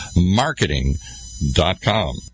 Marketing.com